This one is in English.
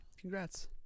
Congrats